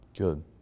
Good